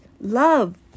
love